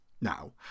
Now